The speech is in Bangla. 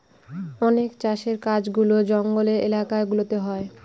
অনেক চাষের কাজগুলা জঙ্গলের এলাকা গুলাতে হয়